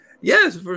Yes